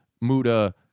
Muda